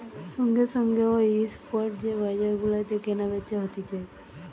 সঙ্গে সঙ্গে ও স্পট যে বাজার গুলাতে কেনা বেচা হতিছে